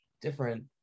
different